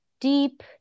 deep